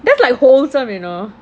that's like wholesome you know